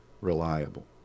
reliable